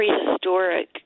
prehistoric